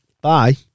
Bye